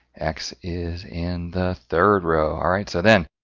x is in the third row. alright, so then,